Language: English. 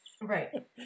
right